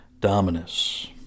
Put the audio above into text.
Dominus